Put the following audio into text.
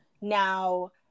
Now